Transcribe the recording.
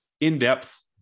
in-depth